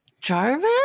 Jarvis